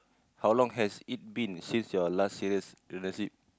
how long has it been since your last serious relationship